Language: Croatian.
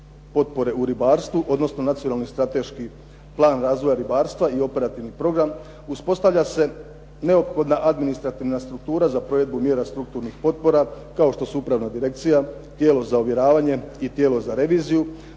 potpore u ribarstvu, odnosno nacionalni strateški plan razvoja ribarstva i operativni program, uspostavlja se neophodna administrativna struktura za provedbu mjera strukturnih potpora, kao što su upravna direkcija, tijelo za uvjeravanje i tijelo za reviziju,